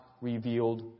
revealed